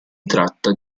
tratta